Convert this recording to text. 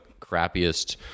crappiest